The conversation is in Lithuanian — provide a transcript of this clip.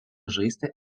žaisti